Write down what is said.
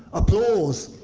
applause.